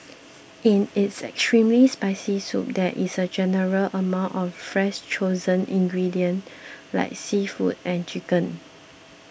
in its extremely spicy soup there is a general amount of fresh chosen ingredients like seafood and chicken